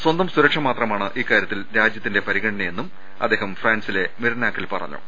സ്വന്തം സുരക്ഷ മാത്രമാണ് ഇക്കാരൃത്തിൽ രാജ്യ ത്തിന്റെ പരിഗണനയെന്നും അദ്ദേഹം ഫ്രാൻസിലെ മെറിനാക്കിൽ പറഞ്ഞു